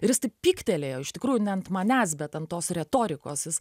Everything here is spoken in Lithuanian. ir jis taip pyktelėjo iš tikrųjų ne ant manęs bet ant tos retorikos jis